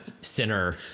center